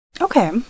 Okay